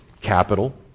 Capital